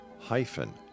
hyphen